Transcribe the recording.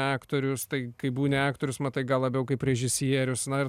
aktorius tai kai būni aktorius matai gal labiau kaip režisierius na